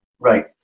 Right